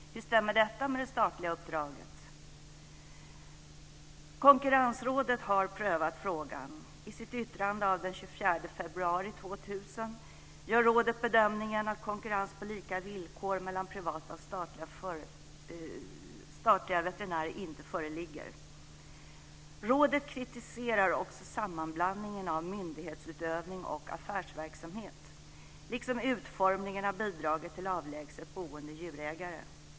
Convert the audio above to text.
Hur stämmer detta med det statliga uppdraget? Konkurrensrådet har prövat frågan. I sitt yttrande av den 24 februari 2000 gör rådet bedömningen att konkurrens på lika villkor mellan privata och statliga veterinärer inte föreligger. Rådet kritiserar också sammanblandningen av myndighetsutövning och affärsverksamhet liksom utformningen av bidraget till avlägset boende djurägare.